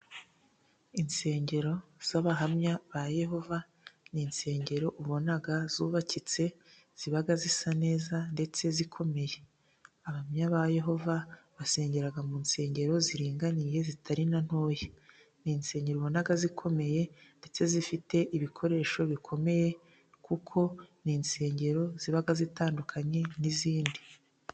Insengero z' abahamya ba Yehova ni insengero ubona zubakitse, ziba zisa neza ndetse zikomeye. Abahamya ba Yehova basengera mu nsengero ziringaniye zitari ntoya, ni insengero wabona zikomeye ndetse zifite ibikoresho bikomeye kuko ni insengero ziba zitandukanye n' izindi.